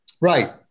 Right